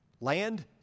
Land